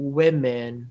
women